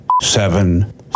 seven